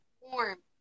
warm